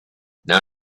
now